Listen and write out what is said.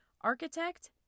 architect